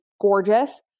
gorgeous